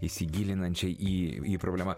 įsigilinančiai į į problemą